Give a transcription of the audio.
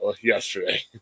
yesterday